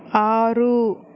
ఆరు